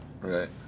Right